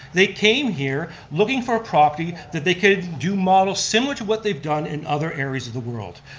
they came here looking for a property that they could do models similar to what they've done in other areas of the world.